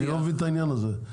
אני לא מבין את העניין הזה.